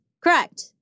correct